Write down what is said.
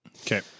Okay